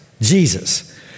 Jesus